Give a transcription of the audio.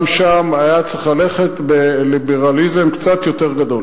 גם שם היה צריך ללכת בקצת יותר ליברליזם.